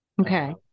Okay